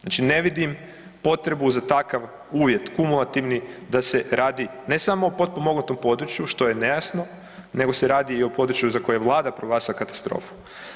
Znači ne vidim potrebu za takav uvjet kumulativni, da se radi, ne samo o potpomognutom području, što je nejasno, nego se radi o području za koje je Vlada proglasila katastrofu.